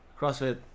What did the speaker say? CrossFit